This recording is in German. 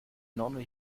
nonne